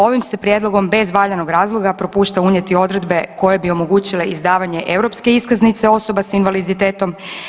Ovim se prijedlogom bez valjanog razloga popušta unijeti odredbe koje bi omogućile izdavanje europske iskaznice osoba s invaliditetom.